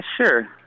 sure